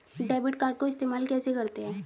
Debit card को इस्तेमाल कैसे करते हैं?